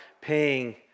paying